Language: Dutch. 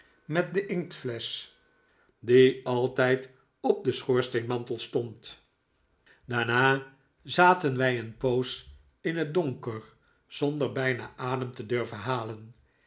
met de inktflesch die altijd op den schoorsteenmantel stond daarna zaten wij een poos in het donker zonder bijna adem te durven halen